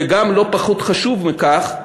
וגם, ולא פחות חשוב מכך,